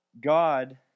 God